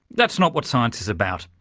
that's not what science is about,